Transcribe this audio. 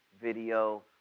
video